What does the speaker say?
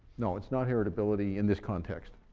no it's not heritability, in this context.